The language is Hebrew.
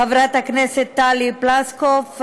חברי הכנסת טלי פלוסקוב,